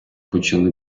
почали